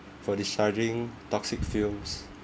for discharging toxic fumes